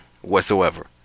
whatsoever